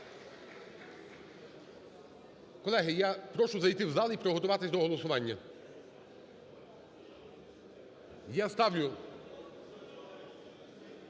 Колеги, я прошу зайти в зал і приготуватись до голосування. Я ставлю…